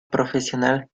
profesional